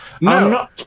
No